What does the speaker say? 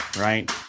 Right